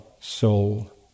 soul